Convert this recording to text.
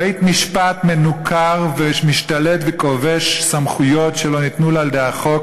בית-משפט מנוכר ומשתלט וכובש סמכויות שלא ניתנו לו על-ידי החוק